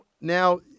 now